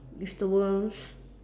with the worms